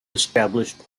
established